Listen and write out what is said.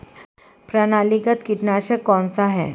प्रणालीगत कीटनाशक कौन सा है?